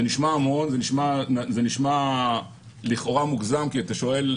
זה נשמע לכאורה מוגזם, כי אתה שואל: